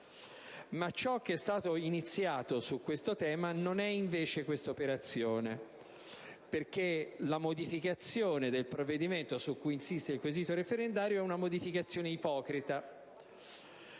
Ma ciò che è stato iniziato su questo tema non è invece questa operazione, perché la modificazione del provvedimento su cui insiste il quesito referendario è una modificazione ipocrita,